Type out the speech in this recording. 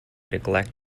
neglect